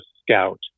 scout